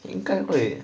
应该会